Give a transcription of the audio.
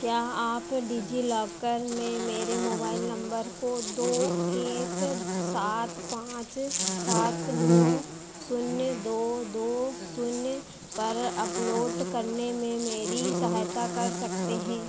क्या आप डिजिलॉकर में मेरे मोबाइल नंबर को दो एक सात पाँच सात नौ शून्य दो दो शून्य पर अपलोट करने में मेरी सहायता कर सकते हैं